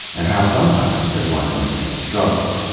and how, sometimes, they're one and the same struggle.